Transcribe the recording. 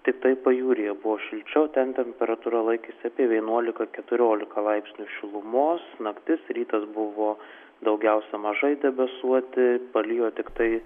tiktai pajūryje buvo šilčiau ten temperatūra laikėsi apie vienuolika keturiolika laipsnių šilumos naktis rytas buvo daugiausia mažai debesuoti palijo tiktai